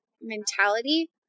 mentality